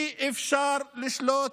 אי-אפשר לשלוט